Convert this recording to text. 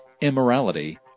immorality